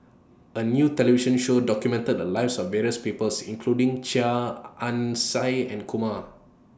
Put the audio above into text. A New television Show documented The Lives of various People including Chia Ann Siang and Kumar